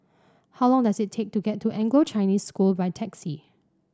how long does it take to get to Anglo Chinese School by taxi